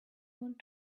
want